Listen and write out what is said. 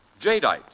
Jadeite